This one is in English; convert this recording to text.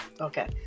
Okay